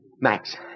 Max